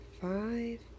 five